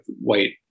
white